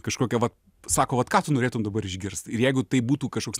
kažkokia vat sako vat ką tu norėtum dabar išgirst ir jeigu tai būtų kažkoks